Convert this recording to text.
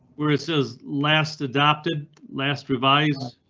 where it says last adopted last revised.